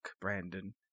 Brandon